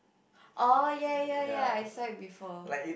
oh ya ya ya I saw it before